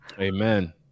Amen